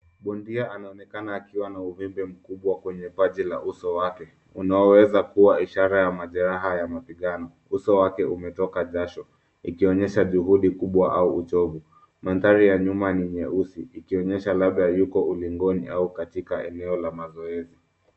Bondia anaonekana akiwa na uvimbe mkubwa kwenye paji la uso wake, unaoweza kuwa ishara ya majeraha ya mapigano. Uso wake umetoka jasho, ikionyesha juhudi kubwa au uchovu. Mandhari ya nyuma ni nyeusi, ikionyesha labda yuko ulingoni au katika eneo la mazoezi.